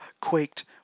quaked